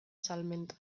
salmenta